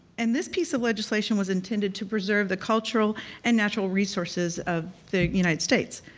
and this piece of legislation was intended to preserve the cultural and natural resources of the united states.